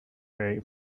bay